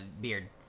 beard